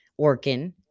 Orkin